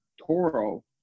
Toro